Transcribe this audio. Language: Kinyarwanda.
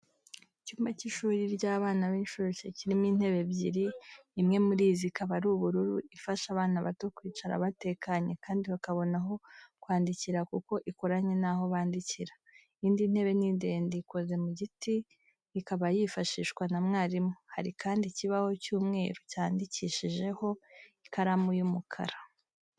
Icyumba cy'ishuri ry'abana b'incuke kirimo intebe ebyiri, imwe muri izi ikaba ari ubururu, ifasha abana bato kwicara batekanye kandi bakabona aho kwandikira kuko ikoranye n'aho bandikira. Indi ntebe ni ndende ikoze mu giti ikaba yifashishwa na mwarimu. Hari kandi ikibaho cy'umweru cyandikishijeho ikaramu y'umukara.